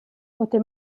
potè